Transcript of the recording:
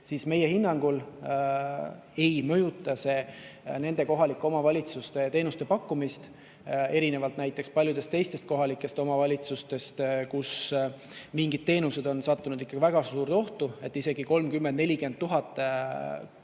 14%. Meie hinnangul ei mõjuta see nende kohalike omavalitsuste teenuste pakkumist, erinevalt paljudest teistest kohalikest omavalitsustest, kus mingid teenused on sattunud ikkagi väga suurde ohtu, nii et isegi 30 000 –